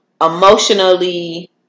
emotionally